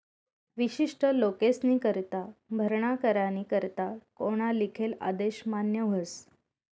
विशिष्ट लोकेस्नीकरता भरणा करानी करता कोना लिखेल आदेश मान्य व्हस